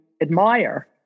admire